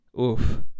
Oof